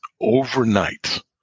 overnight